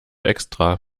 extra